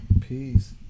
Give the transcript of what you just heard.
Peace